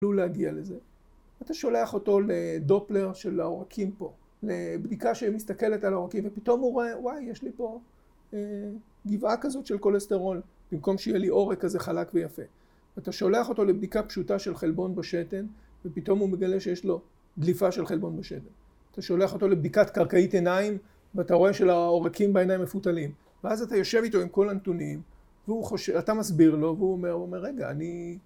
יוכלו להגיע לזה. ‫אתה שולח אותו לדופלר של העורקים ‫פה, לבדיקה שמסתכלת על העורקים, ‫ופתאום הוא רואה וואי, ‫יש לי פה גבעה כזאת של כולסטרול. ‫במקום שיהיה לי עורק כזה חלק ויפה. ‫ואתה שולח אותו לבדיקה פשוטה ‫של חלבון בשתן, ‫ופתאום הוא מגלה ‫שיש לו דליפה של חלבון בשתן. ‫אתה שולח אותו לבדיקת קרקעית עיניים, ‫ואתה רואה שהעורקים בעיניים מפותלים. ‫ואז אתה יושב איתו עם כל הנתונים, ‫אתה מסביר לו, והוא אומר, רגע, אני...